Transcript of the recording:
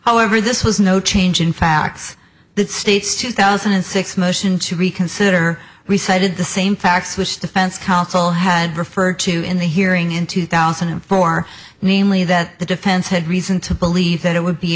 however this was no change in facts the state's two thousand and six motion to reconsider we cited the same facts which defense counsel had referred to in the hearing in two thousand and four namely that the defense had reason to believe that it would be